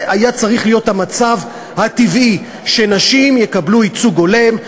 זה היה צריך להיות טבעי שנשים יקבלו ייצוג הולם,